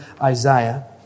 Isaiah